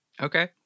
Okay